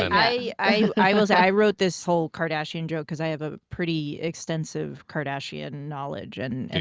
i i will say, i wrote this whole kardashian joke because i have a pretty extensive kardashian knowledge. and and